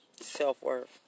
self-worth